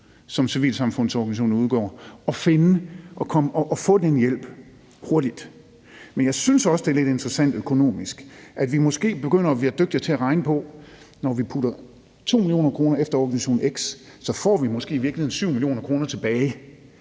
som civilsamfundsorganisationerne har, at finde og få den hjælp hurtigt. Men jeg synes også, det er lidt interessant økonomisk, at vi måske begynder at blive dygtigere til at regne på det, og at når vi sender 2 mio. kr. til organisation x, får vi måske i virkeligheden 7 mio. kr. tilbage.